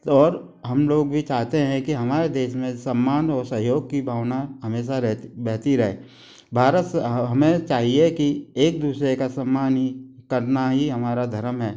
और हम लोग भी चाहते हैं कि हमारे देश में सम्मान और सहयोग की भावना हमेशा रह बहती रहे भारत से हमें चाहिए कि एक दूसरे का सम्मान ही करना ही हमारा धरम है